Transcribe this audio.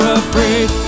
afraid